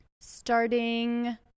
starting